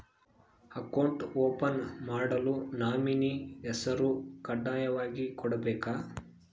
Account open ಮಾಡಲು nominee ಹೆಸರು ಕಡ್ಡಾಯವಾಗಿ ಕೊಡಬೇಕಾ?